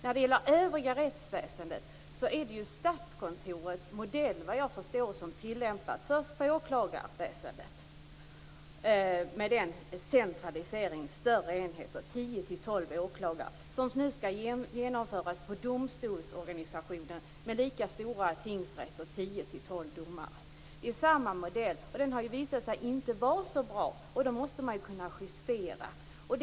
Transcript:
När det gäller det övriga rättsväsendet är det såvitt jag förstår Statskontorets modell som tillämpas. Det skedde först på åklagarväsendet med en centralisering till större enheter med 10-12 åklagare. Den modellen skall nu genomföras på domstolsorganisationen med lika stora tingsrätter med 10-12 domare. Det är samma modell. Det har visat sig att den inte är så bra, och då måste man kunna justera den.